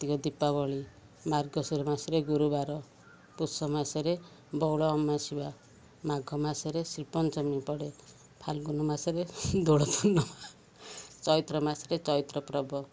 ତିକ ଦୀପାବଳିୀ ମାର୍ଗଶ୍ଵରୀ ମାସରେ ଗୁରୁବାର ପୁଷ ମାସରେ ବଉଳ ଅ ମାସିବା ମାଘ ମାସରେ ଶିଳ୍ପଞ୍ଚମୀ ପଡ଼େ ଫାଲଗୁନ ମାସରେ ଦୋଳପୂର୍ଣ୍ଣମା ଚୈତ୍ର ମାସରେ ଚୈତ୍ରପ୍ରବ